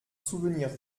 souvenir